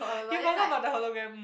you forgot about the Hologram